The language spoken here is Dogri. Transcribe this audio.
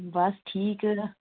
बस ठीक